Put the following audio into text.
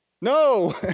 No